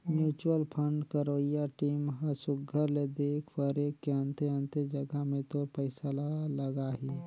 mutual fund करवइया team ह सुग्घर ले देख परेख के अन्ते अन्ते जगहा में तोर पइसा ल लगाहीं